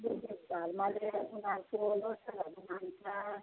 Buddhist धर्मले उनीहरूको ल्होसारहरू मान्छ